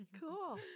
Cool